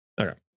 Okay